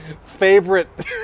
favorite